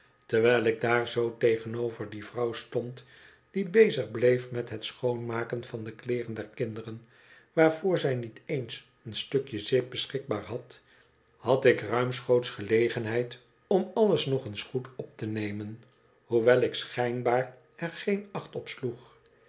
terwijl ik daar zoo tegenover die vrouw stond die bezig bleef met het schoonmaken van de kleeren der kinderen waarvoor zij niet eens een stukje zeep beschikbaar had had ik ruimschoots gelegenheid om alles nog eens goed op te nemen hoewel ik schijnbaar er geen acht op sloeg